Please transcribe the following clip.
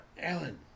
Alan